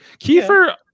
Kiefer